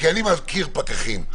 כי אני מכיר פקחים,